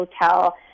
hotel